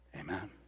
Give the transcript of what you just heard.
Amen